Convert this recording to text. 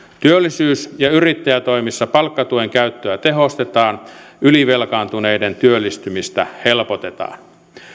työllisyys ja yrittäjätoimissa palkkatuen käyttöä tehostetaan ylivelkaantuneiden työllistymistä helpotetaan